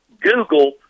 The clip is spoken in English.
Google